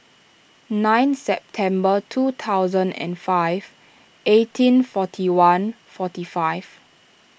nine September two thousand and five eighteen forty one forty five